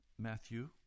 Matthew